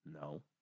No